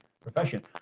profession